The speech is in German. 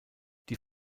die